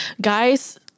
Guys